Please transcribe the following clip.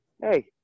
Hey